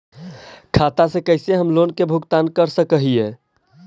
खाता से कैसे हम लोन के भुगतान कर सक हिय?